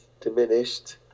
diminished